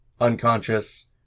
unconscious